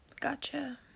Gotcha